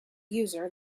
user